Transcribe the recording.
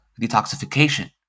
detoxification